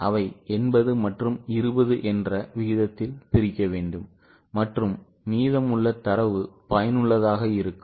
அவை 80 மற்றும் 20 என்ற விகிதத்தில் பிரிக்க வேண்டும் மற்றும் மீதமுள்ள தரவு பயனுள்ளதாக இருக்கும்